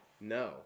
No